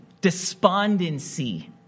despondency